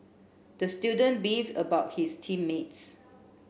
the student beefed about his team mates